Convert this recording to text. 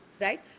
right